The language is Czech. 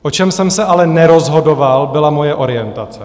O čem jsem se ale nerozhodoval, byla moje orientace.